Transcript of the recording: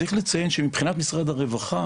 צריך לציין שמבחינת משרד הרווחה,